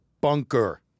bunker